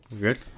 Good